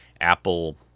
Apple